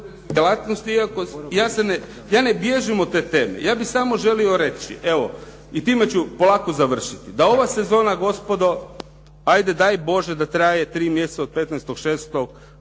ja ne bježim od te teme. Ja bih samo želio reći evo i time ću polako završiti, da ova sezona gospodo, ajde daj bože da traje tri mjeseca od 15.6. do